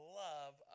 love